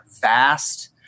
Vast